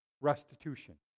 restitution